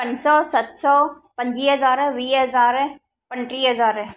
पंज सौ सत सौ पंजवीह हज़ार वीह हज़ार पंटीह हज़ार